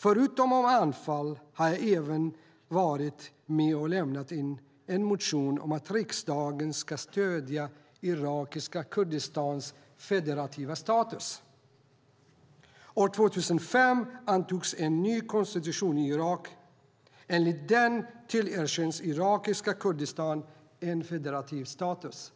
Förutom motionen om Anfal har jag även varit med och väckt en motion om att riksdagen ska stödja irakiska Kurdistans federativa status. År 2005 antogs en ny konstitution i Irak. Enligt den tillerkänns irakiska Kurdistan en federativ status,